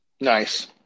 Nice